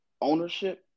ownership